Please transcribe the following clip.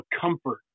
comfort